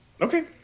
Okay